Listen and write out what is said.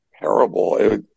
terrible